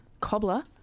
Cobbler